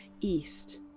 east